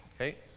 okay